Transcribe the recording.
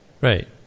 Right